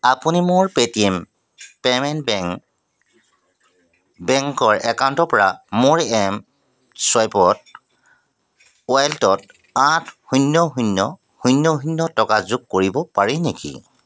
আপুনি মোৰ Paytm payment bank বেংকৰ একাউণ্টৰ পৰা মোৰ এম ছুৱাইপত ৱালেটত আঠ শূন্য শূন্য শূন্য শূন্য টকা যোগ কৰিব পাৰি নেকি